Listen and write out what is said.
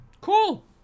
Cool